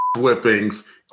whippings